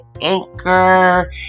Anchor